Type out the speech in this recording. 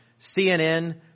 CNN